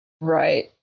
Right